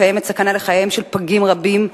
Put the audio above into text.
קיימת סכנה לחייהם של פגים רבים,